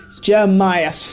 Jeremiah